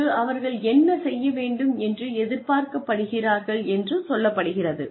இங்கு அவர்கள் என்ன செய்ய வேண்டும் என்று எதிர்பார்க்கப்படுகிறார்கள் என்று சொல்லப்படுகிறது